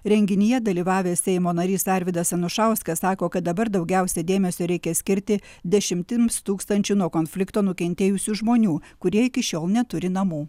renginyje dalyvavęs seimo narys arvydas anušauskas sako kad dabar daugiausiai dėmesio reikia skirti dešimtims tūkstančių nuo konflikto nukentėjusių žmonių kurie iki šiol neturi namų